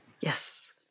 Yes